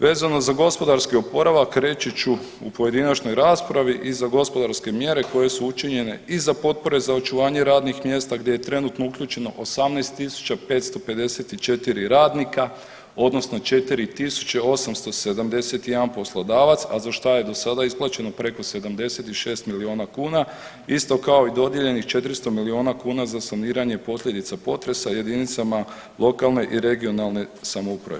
Vezano za gospodarski oporavak reći ću u pojedinačnoj raspravi i za gospodarske mjere koje su učinjene i za potpore za očuvanje radnih mjesta gdje je trenutno uključeno 18.554 radnika odnosno 4871 poslodavac, a za šta je do sada isplaćeno preko 76 miliona kuna isto kao i dodijeljenih 400 miliona kuna za saniranje posljedica potresa jedinicama lokalne i regionalne samouprave.